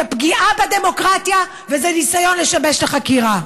זה פגיעה בדמוקרטיה וזה ניסיון לשבש את החקירה.